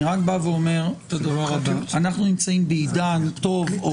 אני רק אומר את הדבר הבא: אנחנו נמצאים בעידן טוב או